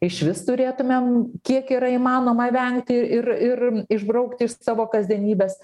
išvis turėtumėm kiek yra įmanoma vengti ir ir išbraukti iš savo kasdienybės